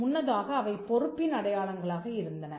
முன்னதாக அவை பொறுப்பின் அடையாளங்களாக இருந்தன